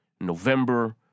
November